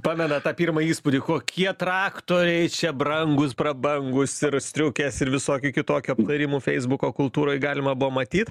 pamenat tą pirmą įspūdį kokie traktoriai čia brangūs prabangūs ir striukės ir visoki kitokių aptarimų feisbuko kultūroj galima buvo matyt